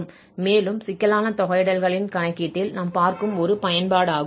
மேலும் சிக்கலான தொகையிடல்களின் கணக்கீட்டில் நாம் பார்க்கும் ஒரு பயன்பாடாகும்